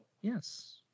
yes